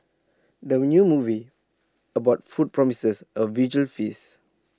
the new movie about food promises A visual feast